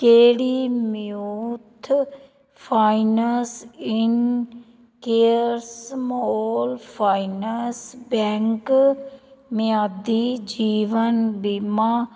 ਕਿਹੜੀ Muthoot finance Fincare small finance bank ਮਿਆਦੀ ਜੀਵਨ ਬੀਮਾ